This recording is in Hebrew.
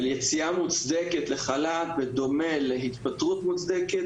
יציאה מוצדקת לחל"ת בדומה להתפטרות מוצדקת,